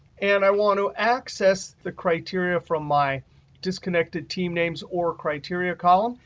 and i want to access the criteria from my disconnected team names or criteria column.